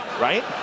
Right